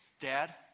Dad